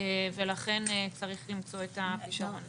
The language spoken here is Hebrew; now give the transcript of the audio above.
לכן צריך למצוא את הפתרון לזה.